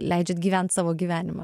leidžiat gyvent savo gyvenimą